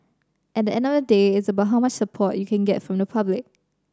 at the end of the day it's about how much support you can get from the public